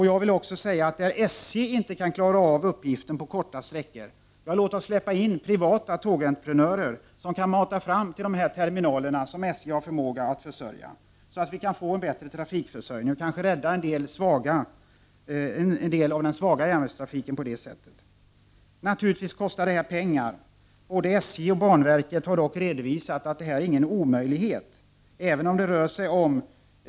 Jag vill också säga att när SJ inte kan klara av uppgiften på korta sträckor, låt oss släppa in privata tågentreprenörer, som kan mata fram till de terminaler som SJ har förmåga att försörja. På det sättet kan vi få en bättre trafikförsörjning och kanske rädda en del av den svaga järnvägstrafiken. Naturligtvis kostar detta pengar. Både SJ och banverket har dock redovisat att denna utbyggnad av trafiken går att klara av.